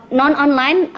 non-online